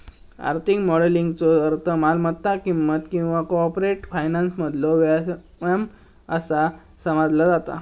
आर्थिक मॉडेलिंगचो अर्थ मालमत्ता किंमत किंवा कॉर्पोरेट फायनान्समधलो व्यायाम असा समजला जाता